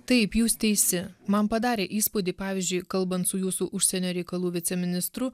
taip jūs teisi man padarė įspūdį pavyzdžiui kalbant su jūsų užsienio reikalų viceministru